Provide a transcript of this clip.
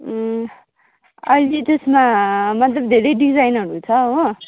अहिले त्यसमा मतलब धेरै डिजाइनहरू छ हो